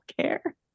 care